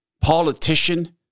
politician